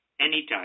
anytime